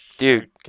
Dude